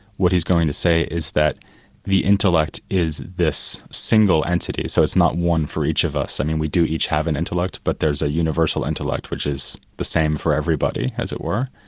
what he's going to say is that the intellect is this single entity, so it's not one for each of us i mean we do each have an intellect but there's a universal intellect which is the same for everybody, as it were.